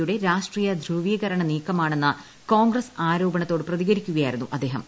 യുടെ രാഷ്ട്രട്ടീയ ്രധുവീകരണ നീക്കമാണെന്ന കോൺഗ്രസ് ആരോപണത്തോട് പ്രതികരിക്കുകയായിരുന്നു അദ്ദേഹം